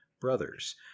brothers